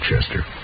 Chester